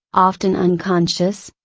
often unconscious,